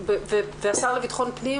השר לביטחון פנים,